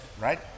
Right